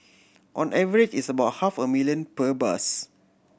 on average it's about half a million per bus